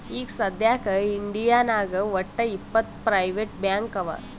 ಈಗ ಸದ್ಯಾಕ್ ಇಂಡಿಯಾನಾಗ್ ವಟ್ಟ್ ಇಪ್ಪತ್ ಪ್ರೈವೇಟ್ ಬ್ಯಾಂಕ್ ಅವಾ